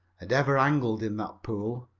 had ever angled in that pool.